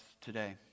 today